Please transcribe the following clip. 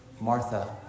Martha